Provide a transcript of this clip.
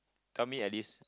tell me at least